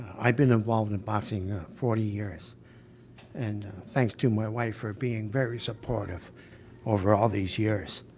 i've been involved in boxing forty years and thanks to my wife for being very supportive over all these years.